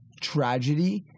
tragedy